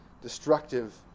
destructive